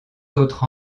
autres